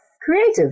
creative